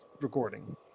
recording